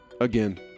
again